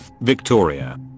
Victoria